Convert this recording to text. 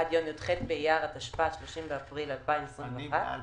עד יום י"ח באייר התשפ"א (30 באפריל 2021) כאמור